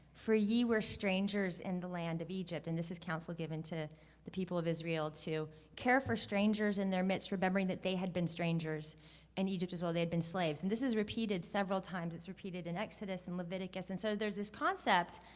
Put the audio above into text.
for ye were strangers in the land of egypt. and this is counsel given to the people of israel to care for strangers in their midst remembering that they had been strangers in and egypt as well. they had been slaves. and this is repeated several times. it's repeated in exodus, in leviticus, and so, there's this concept